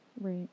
Right